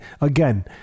again